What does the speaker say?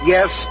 Yes